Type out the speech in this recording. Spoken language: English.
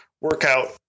workout